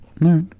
right